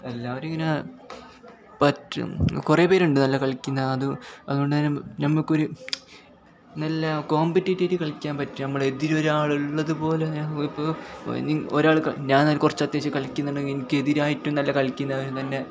എല്ലാവരും ഇങ്ങനെ പറ്റും കുറേ പേരുണ്ട് നല്ല കളിക്കുന്ന അതു അതുകൊണ്ടു തന്നെ ഞങ്ങൾക്കൊരു നല്ല കോമ്പറ്റേറ്ററായിട്ട് കളിയ്ക്കാൻ പറ്റും നമ്മളെതിരെ ഒരാളുള്ളത് പോലെ ഞാനിപ്പോൾ ഒരാൾ ക ഞാനാ കുറച്ച് അത്യാവശ്യം കളിക്കുന്നുണ്ടെങ്കിൽ എനിക്കെതിരായിട്ട് നല്ല കളിക്കുന്നവർ തന്നെ